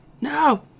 No